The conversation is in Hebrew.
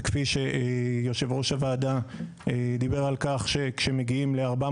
כפי שיושב-ראש הוועדה דיבר על כך שכאשר מגיעים ל-400